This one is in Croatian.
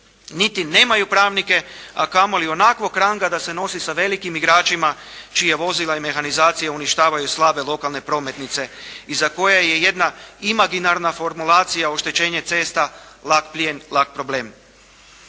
niti nemaju pravnike, a kamoli onakvog ranga da se nosi sa velikim igračima čija vozila i mehanizacija uništavaju slabe lokalne prometnice iza koje je jedna imaginarna formulacija oštećenje cesta, lak plijen, lak problem.